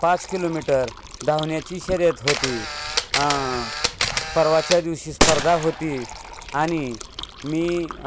पाच किलोमीटर धावण्याची शर्यत होती परवाच्या दिवशी स्पर्धा होती आणि मी